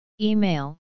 Email